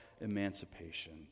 emancipation